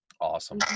Awesome